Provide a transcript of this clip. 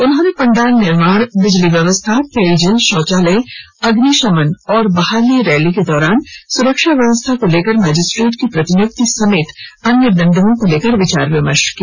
उन्होंने पंडाल निर्माण बिजली व्यवस्था पेयजल शौचालय अग्निशमन और बहाली रैली के दौरान सुरक्षा व्यवस्था को लेकर मजिस्ट्रेट की प्रतिनियुक्ति समेत अन्य बिन्दुओं को लेकर विचार विमर्श किया